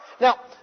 Now